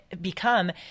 become